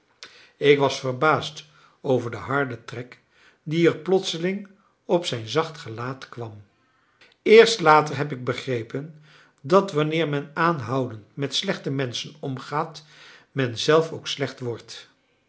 ik was verbaasd over den harden trek die er plotseling op zijn zacht gelaat kwam eerst later heb ik begrepen dat wanneer men aanhoudend met slechte menschen omgaat men zelf ook slecht wordt